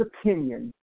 opinion